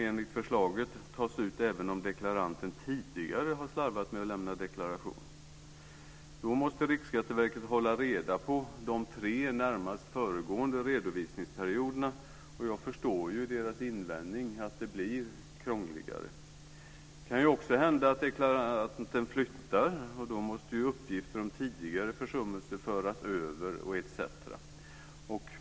Enligt förslaget ska avgiften på 1 000 kr tas ut även om deklaranten tidigare har slarvat med att lämna deklaration. Riksskatteverket måste hålla reda på de tre närmast föregående redovisningsperioderna, och jag förstår dess invändning att det blir krångligare. Det kan också hända att deklaranten flyttar. Då måste uppgifter om tidigare försummelser föras över etc. Fru talman!